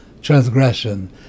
transgression